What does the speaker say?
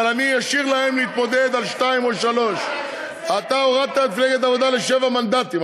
אבל אני אשאיר להם להתמודד על 2 או 3. אתה הורדת את מפלגת העבודה לשבעה מנדטים,